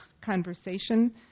Conversation